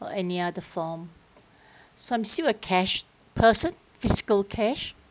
any other form so I'm still a cash person fiscal cash